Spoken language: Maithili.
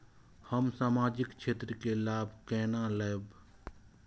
हम सामाजिक क्षेत्र के लाभ केना लैब?